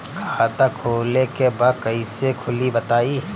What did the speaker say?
खाता खोले के बा कईसे खुली बताई?